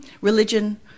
religion